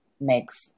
makes